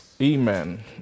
Amen